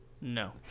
No